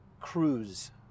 cruise